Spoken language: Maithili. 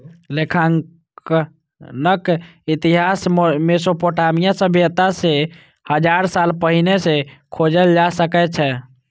लेखांकनक इतिहास मोसोपोटामिया सभ्यता सं हजार साल पहिने सं खोजल जा सकै छै